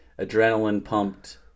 adrenaline-pumped